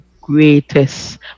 greatest